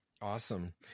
Awesome